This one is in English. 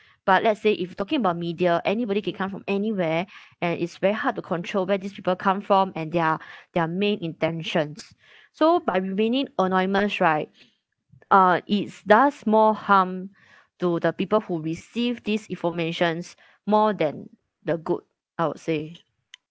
but let's say if talking about media anybody can come from anywhere and it's very hard to control where these people come from and their their main intentions so by remaining anonymous right uh it's does more harm to the people who receive these informations more than the good I would say